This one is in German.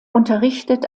unterrichtet